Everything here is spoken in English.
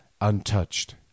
untouched